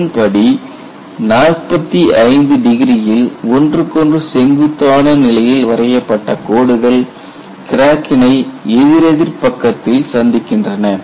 இதன்படி 45 டிகிரியில் ஒன்றுக்கொன்று செங்குத்தான நிலையில் வரையப்பட்ட கோடுகள் கிராக்கினை எதிரெதிர் பக்கத்தில் சந்திக்கின்றன